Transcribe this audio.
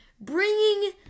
bringing